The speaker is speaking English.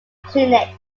clinic